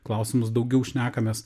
klausimus daugiau šnekamės